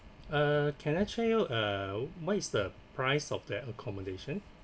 uh can I check you uh what is the price of the accommodation